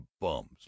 bums